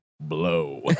Blow